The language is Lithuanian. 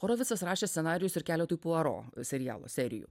horovicas rašė scenarijus ir keletui puaro serialo serijų